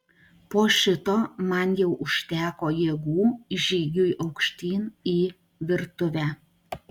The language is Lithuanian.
po šito man jau užteko jėgų žygiui aukštyn į virtuvę